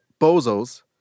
Bozos